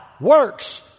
works